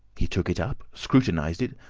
he took it up, scrutinised it,